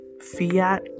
Fiat